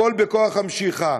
הכול בכוח המשיכה.